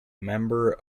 member